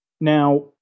Now